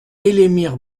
elémir